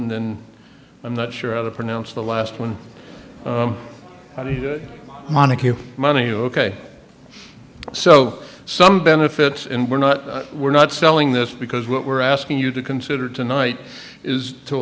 and i'm not sure how to pronounce the last one monica money ok so some benefits and we're not we're not selling this because what we're asking you to consider tonight is to